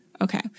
Okay